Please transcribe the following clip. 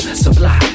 supply